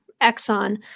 Exxon